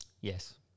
Yes